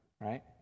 right